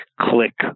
click